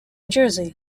jersey